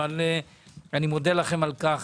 אבל אני מודה לכם על כך.